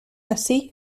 así